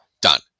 done